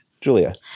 Julia